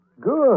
Good